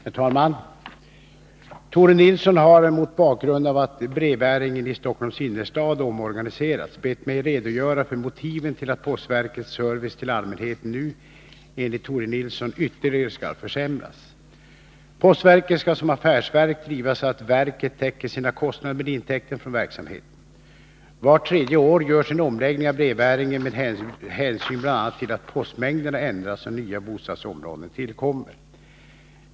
Herr talman! Tore Nilsson har — mot bakgrund av att brevbäringen i Stockholms innerstad omorganiserats — bett mig redogöra för motiven till att postverkets service till allmänheten nu, enligt Tore Nilsson, ytterligare skall försämras. Postverket skall som affärsverk drivas så, att verket täcker sina kostnader med intäkter från verksamheten. Vart tredje år görs en omläggning av brevbäringen med hänsyn till att bl.a. postmängderna ändras och nya bostadsområden tillkommer.